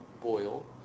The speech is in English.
boil